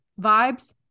vibes